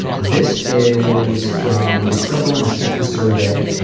this is from the struggle in a sentence survey,